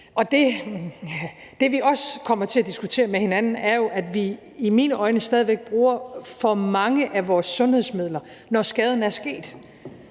og det, vi også kommer til at diskutere med hinanden, er, at vi i mine øjne stadig væk bruger for mange af vores sundhedsmidler, når skaden er sket.